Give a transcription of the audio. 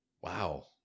wow